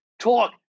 talk